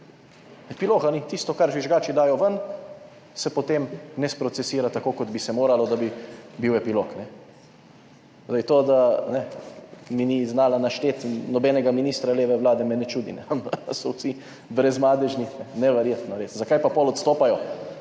epiloga ni. Tisto, kar žvižgači dajo ven, se potem ne sprocesira tako, kot bi se moralo, da bi bil epilog. Zdaj to, da mi ni znala našteti nobenega ministra leve vlade, me ne čudi / smeh/, kot da so vsi brezmadežni / smeh/. Neverjetno, res. Zakaj pa potem odstopajo?